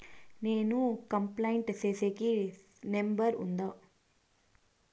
నేను కంప్లైంట్ సేసేకి నెంబర్ ఉందా?